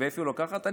מאיפה היא לוקחת?